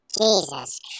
Jesus